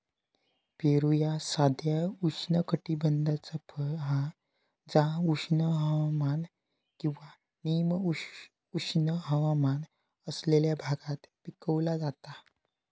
पेरू ह्या साधा उष्णकटिबद्धाचा फळ हा जा उष्ण हवामान किंवा निम उष्ण हवामान असलेल्या भागात पिकवला जाता